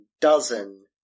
dozen